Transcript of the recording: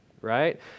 right